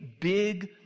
big